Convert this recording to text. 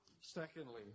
Secondly